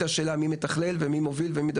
בתשובה לשאלה מי מתכלל ומי מוביל.